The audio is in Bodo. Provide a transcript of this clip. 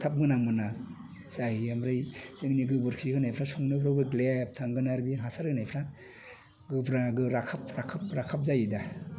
थाब मोना मोना जाहैयो ओमफ्राय जोंनि गोबोरखि होनायफ्रा संनायफ्रावबो लेब थांगोन आरो बे हासार होनायफ्रा गोब्रा गोरा राखाब राखाब राखाब जायोदा